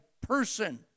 person